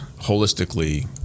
holistically